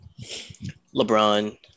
LeBron